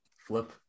Flip